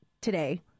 today